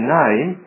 name